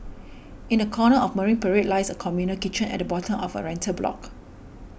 in a corner of Marine Parade lies a communal kitchen at the bottom of a rental block